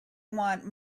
want